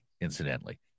incidentally